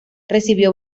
recibió